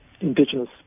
indigenous